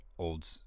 Old